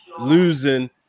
losing